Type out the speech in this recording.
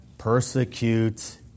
Persecute